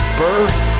birth